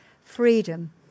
freedom